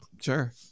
Sure